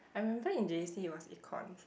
I remember in j_c was Econs